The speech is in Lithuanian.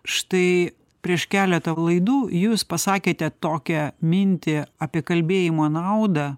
štai prieš keletą laidų jūs pasakėte tokią mintį apie kalbėjimo naudą